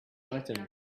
item